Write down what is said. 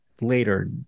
later